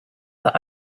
for